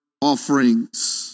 offerings